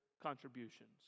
contributions